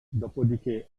dopodiché